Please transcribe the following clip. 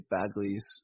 Bagley's